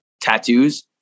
tattoos